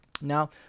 Now